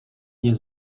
nie